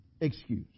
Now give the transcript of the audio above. excuse